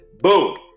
boom